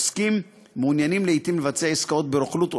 עוסקים מעוניינים לעתים לבצע עסקאות ברוכלות או